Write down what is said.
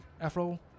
Afro